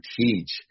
teach